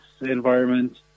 environment